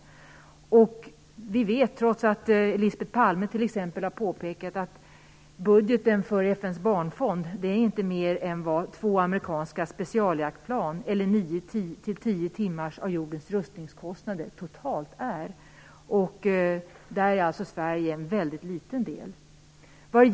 Detta trots att t.ex. Lisbet Palme har påpekat att budgeten för FN:s barnfond inte är större än vad två amerikanska specialjaktplan kostar eller nio till tio timmar av jordens rustningskostnader. Detta bistånd är i Sverige en väldigt liten del.